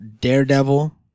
Daredevil